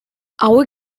avui